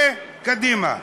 וקדימה.